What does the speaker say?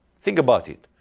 think about it.